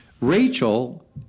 Rachel